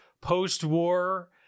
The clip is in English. post-war